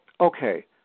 okay